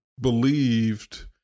believed